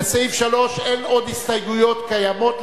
לסעיף 3 אין עוד הסתייגויות קיימות,